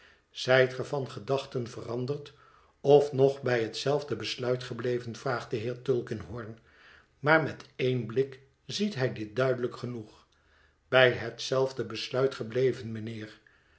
ge van gedachten veranderd of nog bij hetzelfde besluit gebleven vraagt de heer tulkinghorn maar met één blik ziet hij dit duidelijk genoeg bij hetzelfde besluit gebleven mijnheer